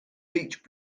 beach